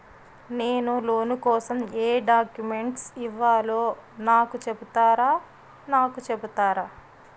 నేను లోన్ కోసం ఎం డాక్యుమెంట్స్ ఇవ్వాలో నాకు చెపుతారా నాకు చెపుతారా?